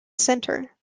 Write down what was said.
centre